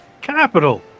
capital